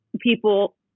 people